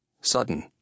Sudden